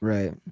Right